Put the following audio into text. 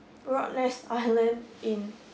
rottnest island in